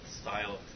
style